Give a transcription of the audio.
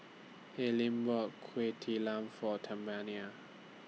Alene bought Kueh Talam For